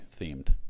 themed